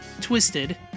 Twisted